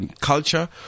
Culture